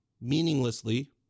meaninglessly